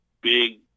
big